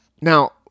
Now